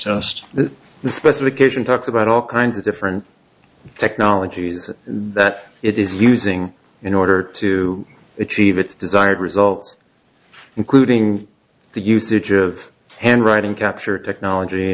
specification talks about all kinds of different technologies that it is using in order to achieve its desired results including the usage of handwriting capture technology